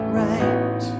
right